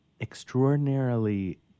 extraordinarily